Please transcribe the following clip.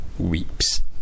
weeps